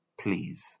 Please